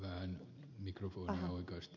tähän mika purhoiköistä